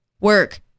work